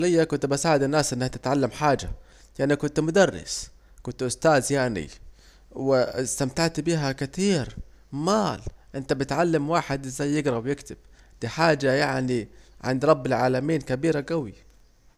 ليا كنت بساعد الناس انها تتعلم حاجة لاني كنت مدرس استاز يعني واستمتعت بيها كتير امال انت بتعلم واحد ازاي يجرا ويكتب دي حاجة عن رب العالمين كبيرة جوي